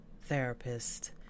therapist